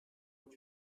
what